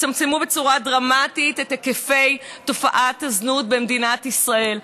יצמצמו בצורה דרמטית את היקפי תופעת הזנות במדינת ישראל.